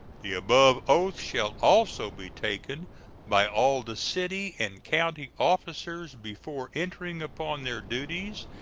the above oath shall also be taken by all the city and county officers before entering upon their duties,